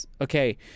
okay